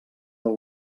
del